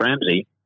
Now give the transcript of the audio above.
Ramsey